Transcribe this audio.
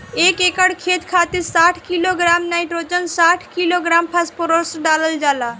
एक एकड़ खेत खातिर साठ किलोग्राम नाइट्रोजन साठ किलोग्राम फास्फोरस डालल जाला?